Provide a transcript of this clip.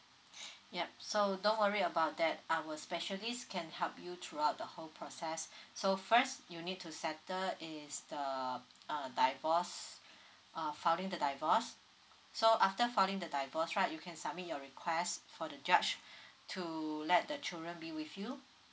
yup so don't worry about that our specialist can help you throughout the whole process so first you need to settle is the uh divorce uh filing the divorce so after filing the divorce right you can submit your request for the judge to let the children being with you